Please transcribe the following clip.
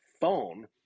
phone